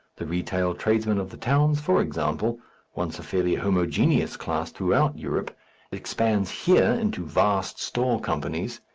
the retail tradesman of the towns, for example once a fairly homogeneous class throughout europe expands here into vast store companies,